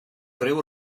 ryw